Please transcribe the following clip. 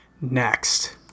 Next